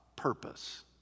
purpose